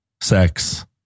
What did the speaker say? sex